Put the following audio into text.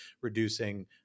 reducing